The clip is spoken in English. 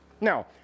Now